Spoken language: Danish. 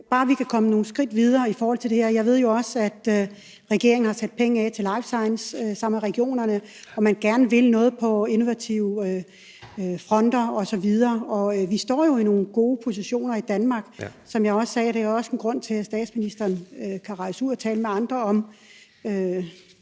bare kan komme nogle skridt videre med det her. Jeg ved jo også, at regeringen har sat penge af til life science sammen med regionerne, og at man gerne vil noget på de innovative fronter osv. Vi står jo i nogle gode positioner i Danmark, som jeg også sagde, og det er også en grund til, at statsministeren kan rejse ud og tale med andre om